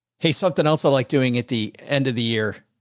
hey, something else i like doing at the end of the year?